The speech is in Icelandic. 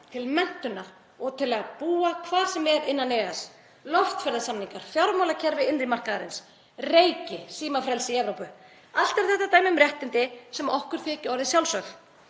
til menntunar og til að búa hvar sem er innan EES, loftferðasamningar, fjármálakerfi innri markaðarins, reiki, símafrelsi í Evrópu — allt eru þetta dæmi um réttindi sem okkur þykja orðið sjálfsögð.